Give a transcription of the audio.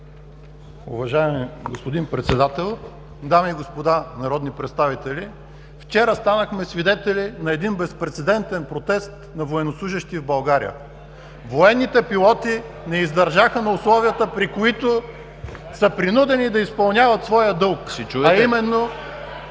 Уважаеми господин Председател, дами и господа народни представители! Вчера станахме свидетели на безпрецедентен протест на военнослужещи в България. (Шум и реплики от ГЕРБ.) Военните пилоти не издържаха на условията, при които са принудени да изпълняват своя дълг, а именно